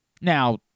Now